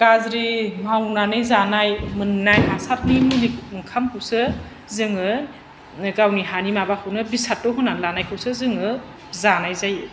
गाज्रि मावनानै जानाय मोननाय हासारनि मुलिनि ओंखामखौसो जोङो गावनि हानि माबाखौनो बिसाथ'खौ होना लानायखौसो जोङो जानाय जायो